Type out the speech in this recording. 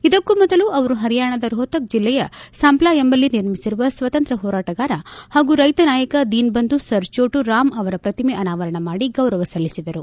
ಇದಕ್ಕೂ ಮೊದಲು ಅವರು ಪರಿಯಾಣದ ರೋಹ್ಟಕ್ ಜಿಲ್ಲೆಯ ಸಂಪ್ಲಾ ಎಂಬಲ್ಲಿ ನಿರ್ಮಿಸಿರುವ ಸ್ನಾತಂತ್ರ್ ಹೋರಾಟಗಾರ ಹಾಗೂ ರೈತ ನಾಯಕ ದೀನಬಂಧು ಸರ್ ಚೋಟು ರಾಮ್ ಅವರ ಪ್ರತಿಮೆ ಅನಾವರಣ ಮಾಡಿ ಗೌರವ ಸಲ್ಲಿಸಿದರು